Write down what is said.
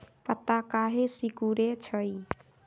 पत्ता काहे सिकुड़े छई?